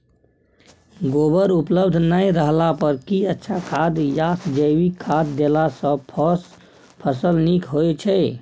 गोबर उपलब्ध नय रहला पर की अच्छा खाद याषजैविक खाद देला सॅ फस ल नीक होय छै?